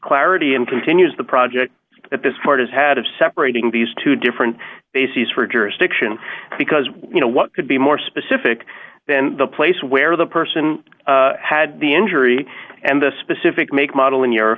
clarity and continues the project at this part is had of separating these two different bases for jurisdiction because you know what could be more specific than the place where the person had the injury and the specific make model in your